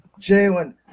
Jalen